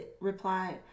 replied